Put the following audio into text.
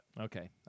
Okay